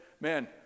man